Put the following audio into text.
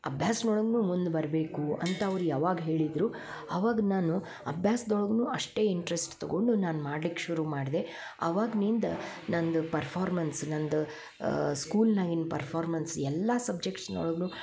ಅಭ್ಯಾಸ್ನ ಒಳಗ್ನೂ ಮುಂದ ಬರಬೇಕು ಅಂತ ಅವ್ರ ಯಾವಾಗ ಹೇಳಿದ್ದರು ಅವಾಗ ನಾನು ಅಭ್ಯಾಸ್ದ ಒಳಗ್ನೂ ಅಷ್ಟೇ ಇಂಟ್ರೆಸ್ಟ್ ತಗೊಂಡು ನಾನು ಮಾಡ್ಲಿಕ್ಕೆ ಶುರು ಮಾಡ್ದೆ ಅವಾಗ್ನಿಂದ ನಂದು ಪರ್ಫಾರ್ಮೆನ್ಸ್ ನಂದು ಸ್ಕೂಲ್ನ್ಯಾಗಿನ ಪರ್ಫಾರ್ಮೆನ್ಸ್ ಎಲ್ಲಾ ಸಬ್ಜೆಕ್ಟ್ಸ್ನ್ ಒಳಗ್ನು